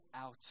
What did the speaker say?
out